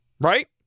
Right